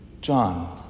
John